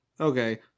okay